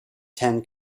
ten